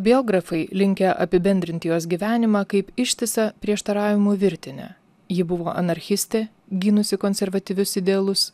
biografai linkę apibendrinti jos gyvenimą kaip ištisą prieštaravimų virtinę ji buvo anarchistė gynusi konservatyvius idealus